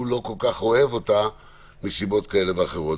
לא כל-כך אוהב אותה מסיבות כאלה ואחרות.